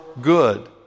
good